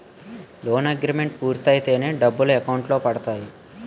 loan agreement పూర్తయితేనే డబ్బులు account లో పడతాయి